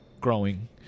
growing